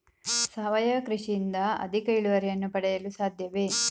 ಸಾವಯವ ಕೃಷಿಯಿಂದ ಅಧಿಕ ಇಳುವರಿಯನ್ನು ಪಡೆಯಲು ಸಾಧ್ಯವೇ?